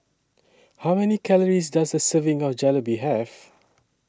How Many Calories Does A Serving of Jalebi Have